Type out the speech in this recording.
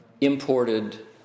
imported